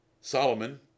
Solomon